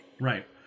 right